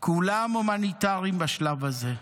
כולם הומניטריים בשלב הזה.